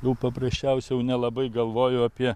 jau paprasčiausiai jau nelabai galvoju apie